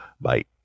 bye